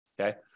Okay